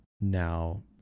now